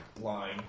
line